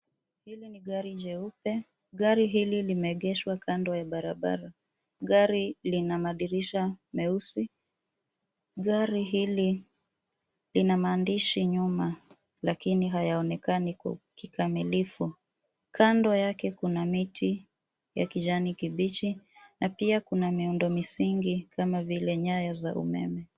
Hili ni gari jeupe. Gari hili limeegeshwa kando ya barabara. Gari lina madirisha meusi. Gari hili lina maandishi nyuma lakini hayaonekani kwa kikamilifu. Kando yake kuna miti ya kijani kibichi na pia kuna miundo misingi kama vile nyaya za umeme.